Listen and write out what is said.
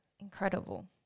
incredible